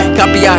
copy